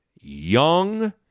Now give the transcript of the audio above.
young